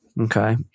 Okay